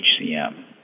HCM